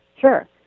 Sure